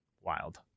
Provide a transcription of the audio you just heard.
Wild